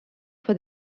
for